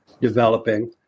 developing